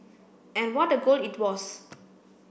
and what a goal it was